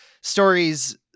stories